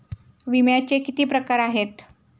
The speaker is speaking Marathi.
विम्याचे किती प्रकार आहेत?